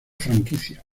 franquicia